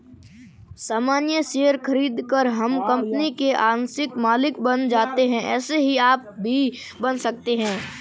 सामान्य शेयर खरीदकर हम कंपनी के आंशिक मालिक बन जाते है ऐसे ही आप भी बन सकते है